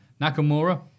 Nakamura